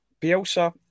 Bielsa